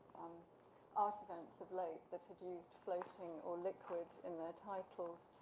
art events of late, that had used floating or liquid in their titles.